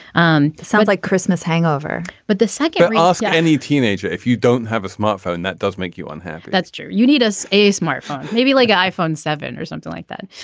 um sounds like christmas hangover but the second i ah ask any teenager if you don't have a smartphone that does make you unhappy that's true. you need us a smartphone maybe like iphone seven or something like that.